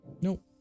Nope